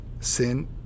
sin